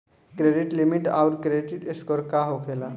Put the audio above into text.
Credit limit आउर credit score का होखेला?